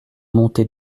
montée